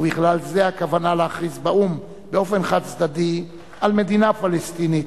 ובכלל זה הכוונה להכריז באו"ם באופן חד-צדדי על מדינה פלסטינית,